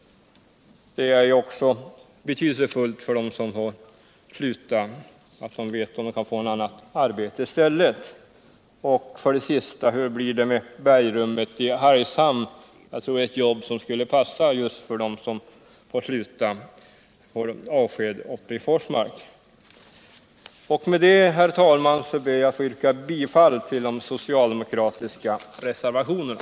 Det är ju betydelsefullt all få svar också på den frågan. särskilt för dem som har slutat så att de får veta om de kommer att få något annat arbete i stället. 6. Hur blir det med bergrummet i Hargshamn”? Jag tror det är ett jobb som skulle passa just för dem som har avskedats uppe i Forsmark. Med detta, herr talman, ber jag att få yrka bifall till de socialdemokratiska reservationerna.